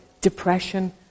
depression